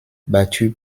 battue